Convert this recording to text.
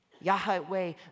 Yahweh